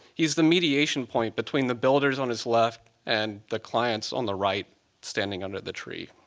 he's the mediation point between the builders on his left and the clients on the right standing under the tree.